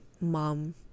mom